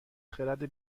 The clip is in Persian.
خرد